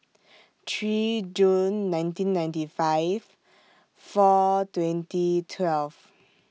three June nineteen ninety five four twenty twelve